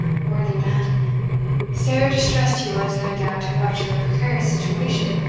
worthy man sair distressed he was, nae doubt, about your precarious situation,